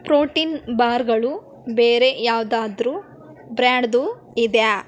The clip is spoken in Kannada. ಪ್ರೋಟಿನ್ ಬಾರ್ಗಳು ಬೇರೆ ಯಾವುದಾದ್ರು ಬ್ರ್ಯಾಂಡ್ದು ಇದೆಯಾ